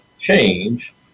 change –